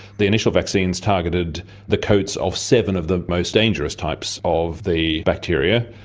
the initial vaccines targeted the coats of seven of the most dangerous types of the bacteria,